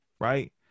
Right